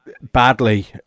badly